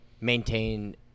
maintain